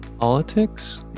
politics